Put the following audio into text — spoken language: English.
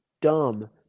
dumb